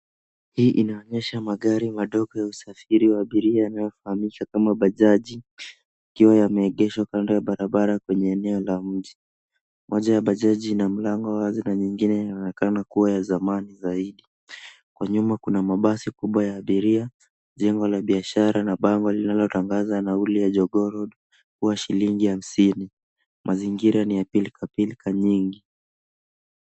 Hii inaonyesha magari madogo ya usafiri wa abira yanayo fahamishwa kama bajaji yakiwa yameegeshwa kandondo ya barabara kwenye eneo la mji. Mmoja wa bajaji ina mlango wazi na nyingine inaonekana kuwa ya zamani zaidi. Kwa nyuma kuna mabasi kubwa ya abiria, jengo la biashara na bango linalo tangaza nauli ya Jogoo Road kua shilingi hamsini. Mazingira ni ya pilika pilika nyingi.